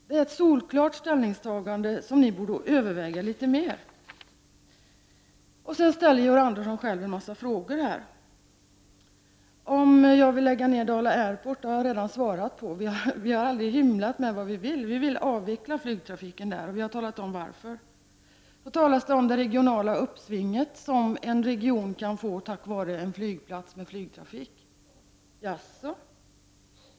Det är ett solklart ställningstagande, som ni borde överväga litet mer. Georg Andersson ställer också själv en massa frågor. Han frågor om jag vill lägga ned Dala Airport. Det har jag redan svarat på. Vi har aldrig hymlat med vad vi vill. Vi vill avveckla flygtrafiken där, och vi har talat om varför. Det talas om det regionala uppsving som en region kan få tack vare en flygplats med flygtrafik. Jaså.